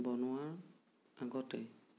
বনোৱা আগতেই